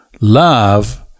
love